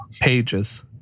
pages